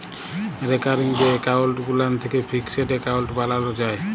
recurring যে account গুলান থ্যাকে ফিকসেড এক্কাউল্ট বালালো যায়